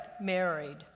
married